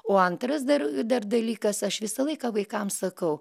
o antras dar dar dalykas aš visą laiką vaikam sakau